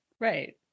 Right